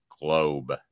globe